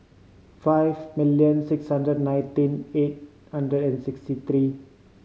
five millon six hundred nineteen eight hundred and sixty three